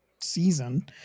season